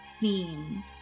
theme